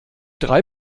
drei